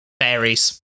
Fairies